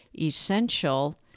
essential